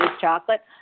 chocolate